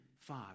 Five